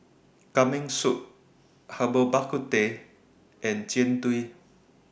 Kambing Soup Herbal Bak Ku Teh and Jian Dui